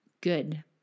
good